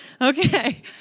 Okay